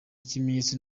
kimenyetso